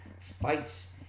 fights